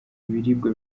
ibiribwa